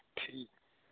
ਠੀਕ